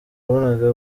wabonaga